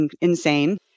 insane